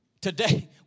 Today